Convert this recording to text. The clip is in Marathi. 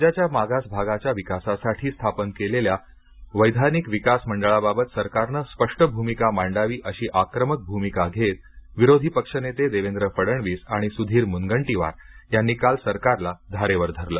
राज्याच्या मागास भागाच्या विकासासाठी स्थापन केलेल्या वैधानिक विकास मंडळाबाबत सरकारनं स्पष्ट भूमिका मांडावी अशी आक्रमक भूमिका घेत विरोधी पक्षनेते देवेंद्र फडणवीस आणि सुधीर मुनगंटीवार यांनी काल सरकारला धारेवर धरलं